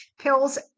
pills